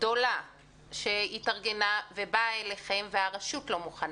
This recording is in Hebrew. גדולה שהתארגנה ובאה אליכם והרשות לא מוכנה.